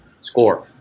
score